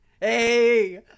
Hey